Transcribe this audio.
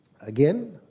Again